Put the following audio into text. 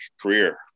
career